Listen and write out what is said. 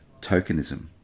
tokenism